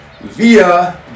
via